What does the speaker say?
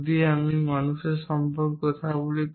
যদি আমি মানুষের সম্পর্কে কথা বলি